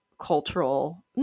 cultural